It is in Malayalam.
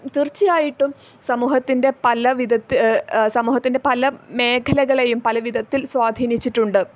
തീർച്ചയായിട്ടും സമൂഹത്തിൻ്റെ പല വിധത്തിൽ സമൂഹത്തിൻ്റെ പല മേഖലകളെയും പലവിധത്തിൽ സ്വാധീനിച്ചിട്ടുണ്ട്